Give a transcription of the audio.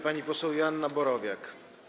Pani poseł Joanna Borowiak.